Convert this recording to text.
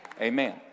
Amen